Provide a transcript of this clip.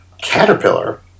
caterpillar